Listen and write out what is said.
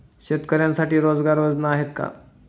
शेतकऱ्यांसाठी रोजगार योजना आहेत का?